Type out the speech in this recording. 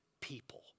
people